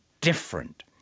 different